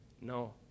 No